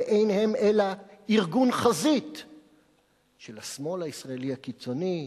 ואין הם אלא ארגון חזית של השמאל הישראלי הקיצוני,